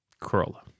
Corolla